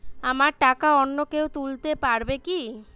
আমার টাকা অন্য কেউ তুলতে পারবে কি?